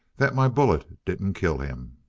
that my bullet didn't kill him!